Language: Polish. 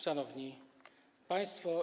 Szanowni Państwo!